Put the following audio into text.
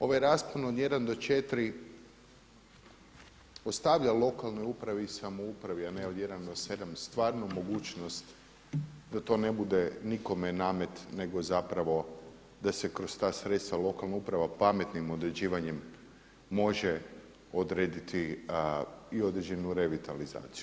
Ovaj raspon od 1 do 4 ostavlja lokalnoj upravi i samoupravi, a ne od 1 do 7 stvarno mogućnost da ne bude nikome namet nego zapravo da se kroz ta sredstva pametnim određivanjem može odrediti i određenu revitalizaciju.